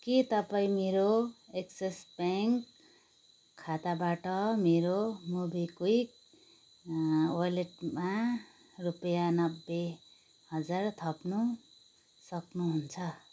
के तपाईँ मेरो एक्सिस ब्याङ्क खाताबाट मेरो मोबिक्विक वलेटमा रुपियाँ नब्बे हजार थप्नु सक्नुहुन्छ